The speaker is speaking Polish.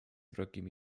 wrogimi